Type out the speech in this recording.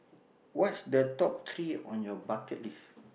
what's the top three on your bucket list